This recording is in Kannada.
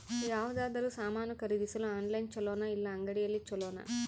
ಯಾವುದಾದರೂ ಸಾಮಾನು ಖರೇದಿಸಲು ಆನ್ಲೈನ್ ಛೊಲೊನಾ ಇಲ್ಲ ಅಂಗಡಿಯಲ್ಲಿ ಛೊಲೊನಾ?